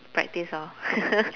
practice lor